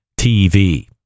TV